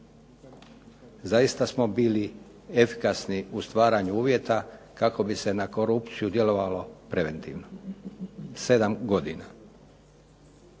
Zaista smo bili efikasni u stvaranju uvjeta kako bi se na korupciju djelovalo preventivno, 7 godina.